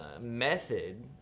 method